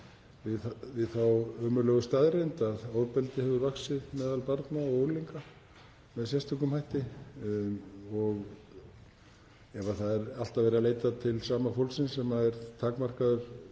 við þá ömurlegu staðreynd að ofbeldi hefur vaxið meðal barna og unglinga með sérstökum hætti. Og ef það er alltaf verið að leita til sama fólksins sem er takmarkaður